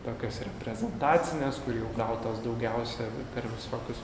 tokios reprezentacinės kur jau gautos daugiausia per visokius